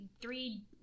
three